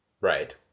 Right